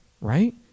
right